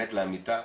אמת לאמיתה,